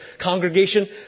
congregation